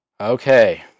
Okay